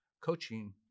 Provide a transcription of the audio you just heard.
coaching